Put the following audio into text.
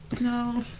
No